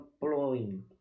blowing